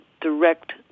direct